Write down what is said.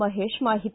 ಮಹೇಶ ಮಾಹಿತಿ